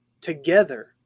Together